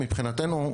מבחינתנו,